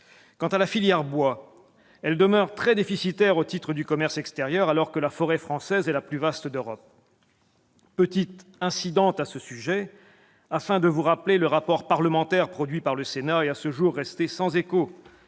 Nièvre. La filière bois, quant à elle, demeure très déficitaire au titre du commerce extérieur, alors que la forêt française est la plus vaste d'Europe. J'ouvre une parenthèse, afin de vous rappeler le rapport parlementaire produit par le Sénat, à ce jour resté sans écho.